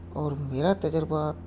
اور میرا تجربہ